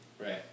Right